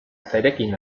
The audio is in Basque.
zerekin